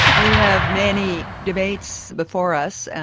we have many debates before us,